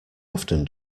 often